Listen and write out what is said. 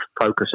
focus